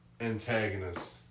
antagonist